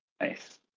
Nice